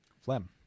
Flem